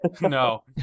No